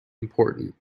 important